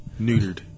Neutered